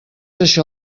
això